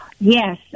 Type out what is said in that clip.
Yes